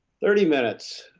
thirty minutes.